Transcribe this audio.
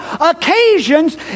occasions